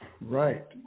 Right